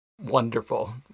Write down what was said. wonderful